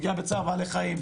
פגיעה בצער בעלי חיים,